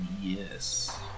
Yes